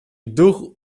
duch